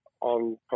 on